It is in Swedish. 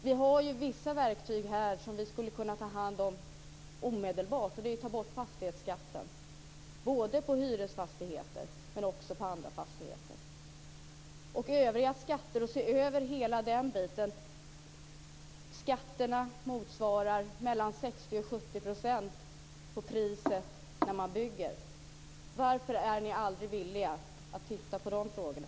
Vi har vissa verktyg här som vi skulle kunna använda omedelbart, och det är att ta bort fastighetsskatten, både på hyresfastigheter och på andra fastigheter. Vi kan också se över övriga skatter och hela den biten. Skatterna motsvarar mellan 60 och 70 % på priset när man bygger. Varför är ni aldrig villiga att titta på de frågorna?